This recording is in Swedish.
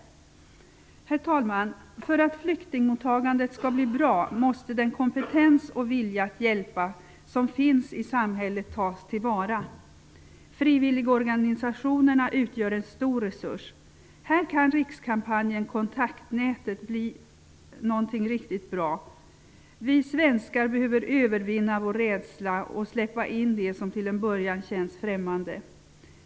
Herr talman! För att flyktingmottagandet skall bli bra måste den kompetens och vilja att hjälpa som finns i samhället tas till vara. Frivilligorganisationerna utgör en stor resurs. Här kan rikskampanjen Kontaktnätet bli något riktigt bra. Vi svenskar behöver övervinna vår rädsla och släppa in det som till en början känns främmande.